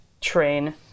train